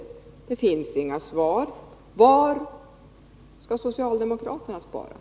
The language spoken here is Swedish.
Det finns tydligen inga svar på frågan var socialdemokraterna skall spara?